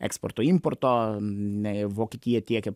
eksporto importo ne vokietija tiekia